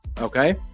okay